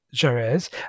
Jerez